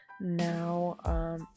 now